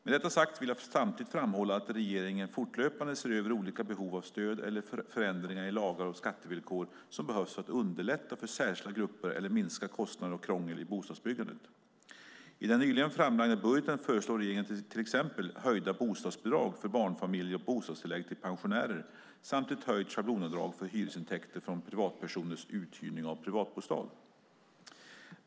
Med detta sagt vill jag samtidigt framhålla att regeringen fortlöpande ser över olika behov av stöd eller förändringar i lagar och skattevillkor som behövs för att underlätta för särskilda grupper eller minska kostnader och krångel i bostadsbyggandet. I den nyligen framlagda budgeten föreslår regeringen till exempel höjda bostadsbidrag för barnfamiljer och bostadstillägg till pensionärer samt ett höjt schablonavdrag för hyresintäkter från privatpersoners uthyrning av privatbostad.